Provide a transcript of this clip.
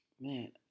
man